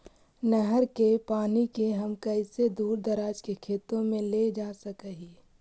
नहर के पानी के हम कैसे दुर दराज के खेतों में ले जा सक हिय?